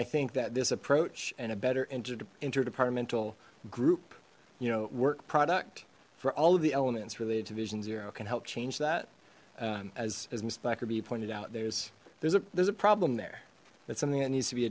i think that this approach and a better inter interdepartmental group you know work product for all of the elements related to vision zero can help change that as as miss blackerby pointed out there's there's a there's a problem there that's something that needs to be